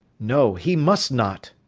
no, he must not.